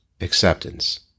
Acceptance